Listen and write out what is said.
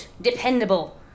dependable